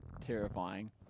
terrifying